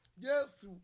Yes